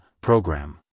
program